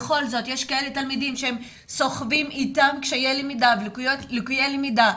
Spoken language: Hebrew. יש כאלה תלמידים שסוחבים איתם קשיי למידה ולקויות למידה,